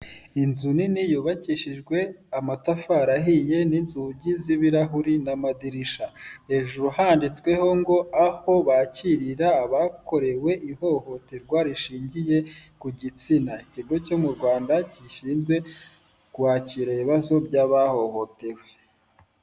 Inzu nini yubakishijwe amatafari ahiye n'inzugi z'ibirahuri n'amadirishya, hejuru handitsweho ngo aho bakirira abakorewe ihohoterwa rishingiye ku gitsina, ikigo cyo mu Rwanda gishinzwe kwakira ibibazo by'abahohotewe.